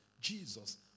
Jesus